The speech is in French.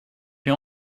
lui